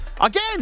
Again